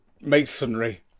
masonry